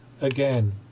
again